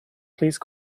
please